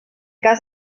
cas